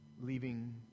leaving